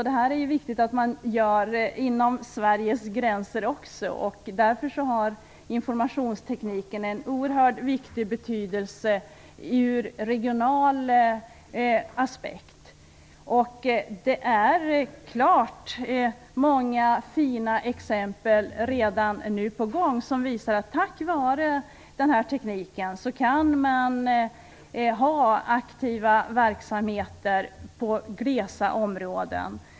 Det är viktigt att det sker också inom Sveriges gränser. Därför har informationstekniken oerhört stor betydelse från regional aspekt. Det finns helt klart många fina exempel redan nu på vad som är på gång. Tack vare informationstekniken kan man vara aktiv och ha verksamhet i glesa områden.